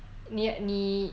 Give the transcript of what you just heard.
and yet 你